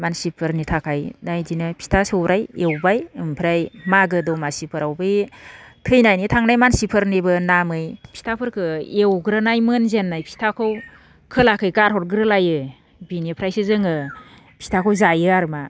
मानसिफोरनि थाखाय दा इदिनो फिथा सौराइ एवबाय ओमफ्राय मागो दमासिफोराव बे थैनानै थांनाय मानसिफोरनिबो नामै फिथाफोरखो एवग्रोनाय मोनजेननाय फिथाखौ खोलाखै गारहरग्रोलायो बिनिफ्रायसो जोङो फिथाखौ जायो आरोमा